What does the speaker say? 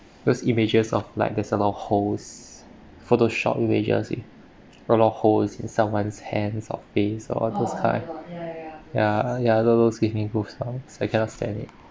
those images of like there's a lot of holes photoshop images a lot of holes in someone's hands or face or those kind ya ya tho~ those give me goose bumps I cannot stand it